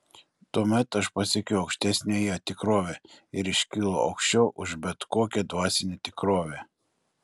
tuomet aš pasiekiu aukštesniąją tikrovę ir iškylu aukščiau už bet kokią dvasinę tikrovę